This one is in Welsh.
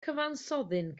cyfansoddyn